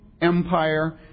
empire